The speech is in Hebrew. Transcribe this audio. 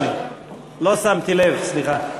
אדוני, לא שמתי לב, סליחה.